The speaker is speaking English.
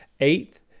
Eighth